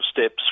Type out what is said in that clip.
steps